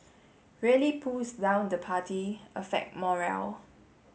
really pulls down the party affect morale